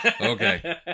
Okay